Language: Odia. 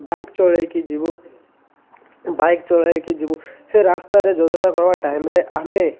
ବାଇକ୍ ଚଳେଇକି ଯିବୁ ବାଇକ୍ ଚଳେଇକି ଯିବୁ ସେ ରାସ୍ତାରେ ଯୋଜନା କରିବା ଟାଇମ୍ରେ ଆମେ